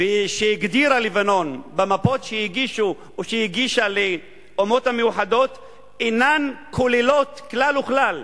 והגדירה במפות שהגישה לאומות המאוחדות אינם כוללים כלל וכלל